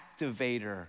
activator